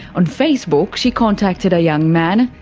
on facebook she contacted a young man,